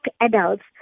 adults